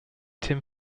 tim